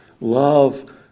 Love